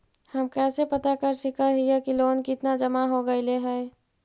हम कैसे पता कर सक हिय की लोन कितना जमा हो गइले हैं?